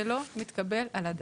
זה לא מתקבל על הדעת.